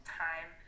time